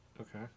Okay